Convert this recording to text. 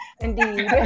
Indeed